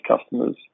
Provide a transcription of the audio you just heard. customers